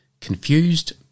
Confused